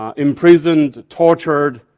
ah imprisoned, tortured,